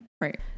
Right